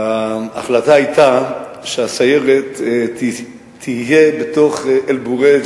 וההחלטה היתה שהסיירת תהיה בתוך אל-בוריג',